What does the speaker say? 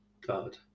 God